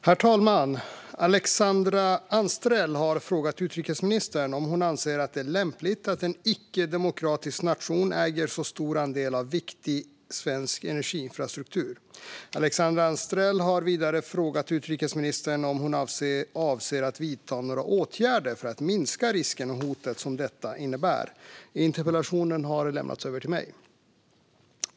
Herr talman! Alexandra Anstrell har frågat utrikesministern om hon anser att det är lämpligt att en icke-demokratisk nation äger en så stor andel av viktig svensk energiinfrastruktur. Alexandra Anstrell har vidare frågat utrikesministern om hon avser att vidta några åtgärder för att minska risken och hotet som detta innebär. Interpellationen har lämnats över till mig.